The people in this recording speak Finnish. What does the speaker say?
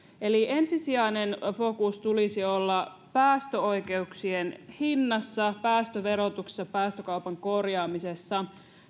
eli ensisijaisen fokuksen tulisi olla päästöoikeuksien hinnassa päästöverotuksessa päästökaupan korjaamisessa